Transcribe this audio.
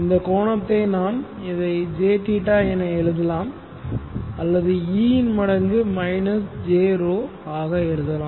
இந்த கோணத்தை நான் இதை jθ என எழுதலாம்அல்லது e மடங்கு jρ ஆக எழுதலாம்